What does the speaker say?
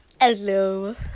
Hello